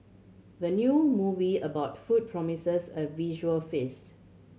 the new movie about food promises a visual feast